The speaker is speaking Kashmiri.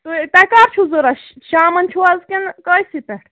تُہۍ تۄہہِ کَر چھُو ضروٗرت شامَن چھُو حظ کِنہٕ کٲجسٕے پٮ۪ٹھ